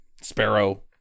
sparrow